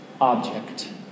Object